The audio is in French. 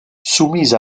soumis